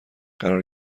قرار